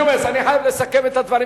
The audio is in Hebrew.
אני חייב לסכם את הדברים,